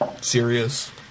serious